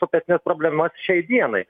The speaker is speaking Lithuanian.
opesnes problemas šiai dienai